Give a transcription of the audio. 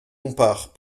bompard